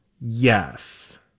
yes